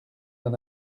n’en